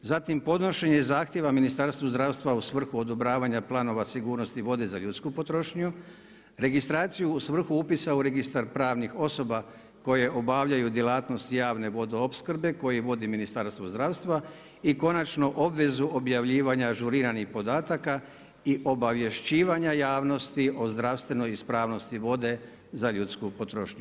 Zatim podnošenje zahtjeva Ministarstvu zdravstva u svrhu odobravanja planova sigurnosti vode za ljudsku potrošnju, registraciju u svrhu upisa u registar pravnih osoba koje obavljaju djelatnost javne vodoopskrbe koji vodi Ministarstvo zdravstvo i konačno obvezu objavljivanja ažuriranih podataka i obavješćivanja javnosti o zdravstvenoj ispravnosti vode za ljudsku potrošnju.